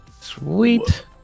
Sweet